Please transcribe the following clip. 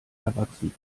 erwachsen